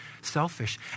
selfish